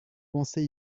pensez